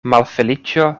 malfeliĉo